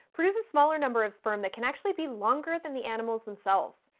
produce a smaller number of sperm that can actually be longer than the animals themselves.